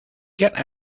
get